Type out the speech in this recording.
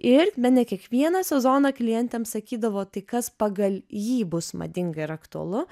ir bene kiekvieną sezoną klientėms sakydavo tai kas pagal jį bus madinga ir aktualu